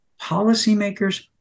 policymakers